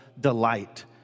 delight